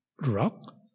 rock